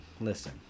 Listen